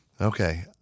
Okay